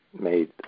made